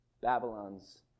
Babylon's